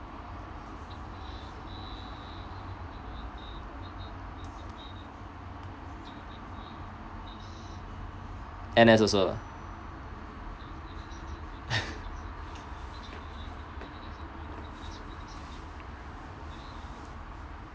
N_S also